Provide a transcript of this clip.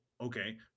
okay